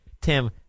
Tim